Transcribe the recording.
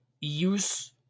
use